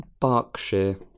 Berkshire